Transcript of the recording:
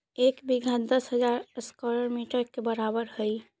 एक बीघा दस हजार स्क्वायर मीटर के बराबर हई